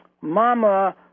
Mama